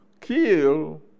kill